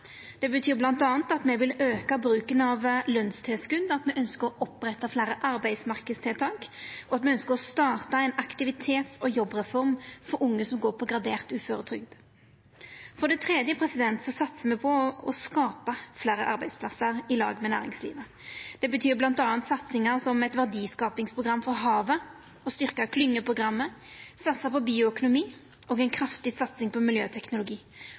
Det betyr bl.a. at me vil auka bruken av lønstilskot, at me ynskjer å oppretta fleire arbeidsmarknadstiltak, og at me ynskjer å starta ei aktivitets- og jobbreform for unge som går på gradert uføretrygd. For det tredje satsar me på å skapa fleire arbeidsplassar i lag med næringslivet. Det betyr bl.a. satsingar som eit verdiskapingsprogram for havet, å styrkja klyngjeprogrammet, satsa på bioøkonomi og å ha ei kraftig satsing på miljøteknologi,